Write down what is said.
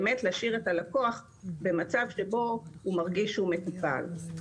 באמת להשאיר את הלקוח במצב שבו הוא מרגיש שהוא מטופל.